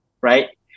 Right